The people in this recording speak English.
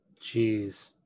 Jeez